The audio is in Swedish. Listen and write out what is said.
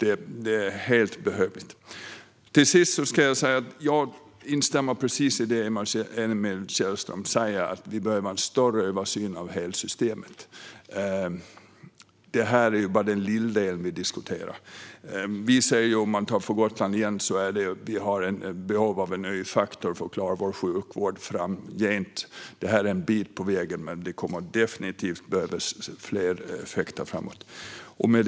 Det är mycket behövligt. Till sist ska jag säga att jag instämmer i det som Emil Källström sa om att det behövs en större översyn av hela systemet. Det som vi diskuterar är bara en liten del. Ändringar i kostnads-utjämningen för kommuner och landsting Om jag talar om Gotland igen har vi behov av en ny faktor för att klara vår sjukvård framgent. Detta är en bit på vägen, men det kommer definitivt att behövas fler effekter framöver.